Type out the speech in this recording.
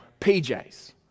PJs